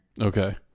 Okay